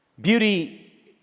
beauty